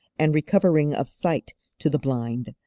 and recovering of sight to the blind,